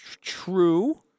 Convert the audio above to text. True